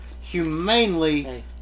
humanely